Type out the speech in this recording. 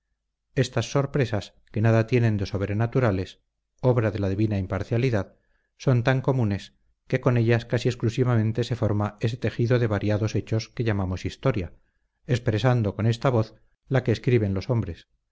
estas sorpresas que nada tienen de sobrenaturales obra de la divina imparcialidad son tan comunes que con ellas casi exclusivamente se forma ese tejido de variados hechos que llamamos historia expresando con esta voz la que escriben los hombres